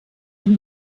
den